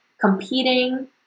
competing